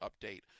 update